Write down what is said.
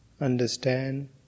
understand